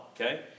okay